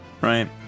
right